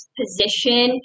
position